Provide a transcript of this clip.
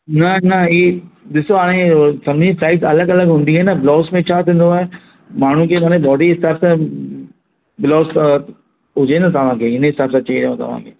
न न ई ॾिसो हाणे सभिनी साइज़ अलॻि अलॻि हूंदी आहे न ब्लाउज़ में छा थींदो आहे माण्हू कीअं हिन में बॉडी स्ट्रक्चर ब्लाउज़ त हुजे न तव्हांखे हिन जे हिसाबु सां चयो तव्हांखे